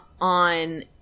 on